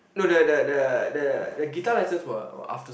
no the the the the the guitar lessons were were after school